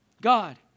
God